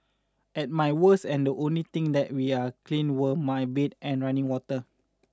at my worst and the only things that we are clean were my bed and running water